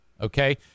okay